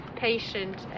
patient